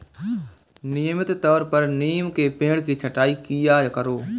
नियमित तौर पर नीम के पेड़ की छटाई किया करो